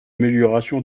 amélioration